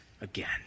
again